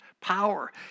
power